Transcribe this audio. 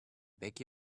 beg